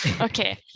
Okay